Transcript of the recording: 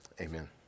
Amen